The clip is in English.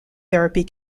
therapy